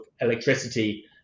electricity